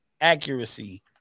accuracy